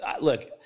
look